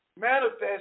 manifest